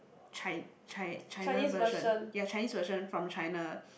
chi~ chi~ China version ya Chinese version from China